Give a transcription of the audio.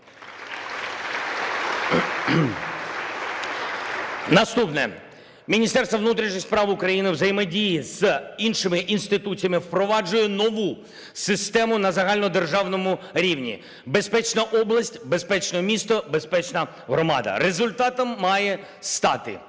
Наступне. Міністерство внутрішніх справ України взаємодіє з іншими інституціями, впроваджує нову систему на загальнодержавному рівні: безпечна область, безпечне місто, безпечна громада. Результатом має стати